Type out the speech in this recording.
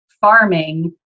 farming